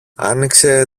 άνοιξε